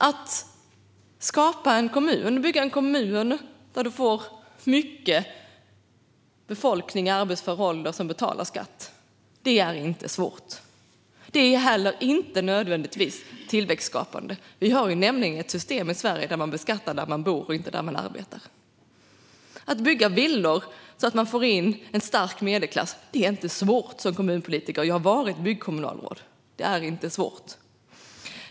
Att bygga en kommun med en stor befolkning i arbetsför ålder som betalar skatt är inte svårt. Det är inte heller nödvändigtvis tillväxtskapande. I Sverige skattar man nämligen där man bor och inte där man arbetar. Att bygga villor för att få in en stark medelklass är inte svårt för en kommunpolitiker. Jag vet det, för jag har varit byggkommunalråd.